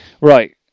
Right